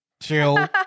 Chill